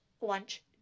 lunch